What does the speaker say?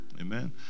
Amen